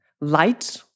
light